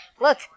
look